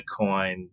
Bitcoin